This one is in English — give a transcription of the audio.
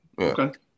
Okay